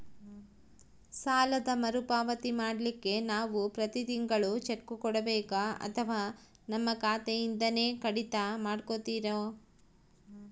ಸಾಲದ ಮರುಪಾವತಿ ಮಾಡ್ಲಿಕ್ಕೆ ನಾವು ಪ್ರತಿ ತಿಂಗಳು ಚೆಕ್ಕು ಕೊಡಬೇಕೋ ಅಥವಾ ನಮ್ಮ ಖಾತೆಯಿಂದನೆ ಕಡಿತ ಮಾಡ್ಕೊತಿರೋ?